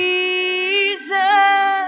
Jesus